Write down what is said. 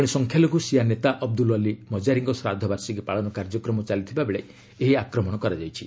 ଜଣେ ସଂଖ୍ୟାଲଘ୍ର ସିଆ ନେତା ଅବଦ୍ରଲ ଅଲ୍ରୀ ମଜାରିଙ୍କ ଶ୍ରାଦ୍ଧବାର୍ଷିକୀ ପାଳନ କାର୍ଯ୍ୟକ୍ରମ ଚାଲିଥିବା ବେଳେ ଏହି ଆକ୍ରମଣ କରାଯାଇଛି